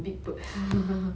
big bird